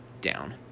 down